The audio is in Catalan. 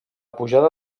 pujada